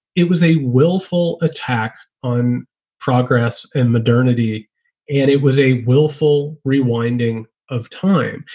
it was a willful attack on progress and modernity and it was a willful rewinding of time.